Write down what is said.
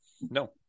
no